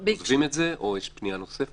עוזבים את זה או יש פנייה נוספת?